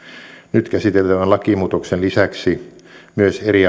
nyt käsiteltävän lakimuutoksen lisäksi myös eri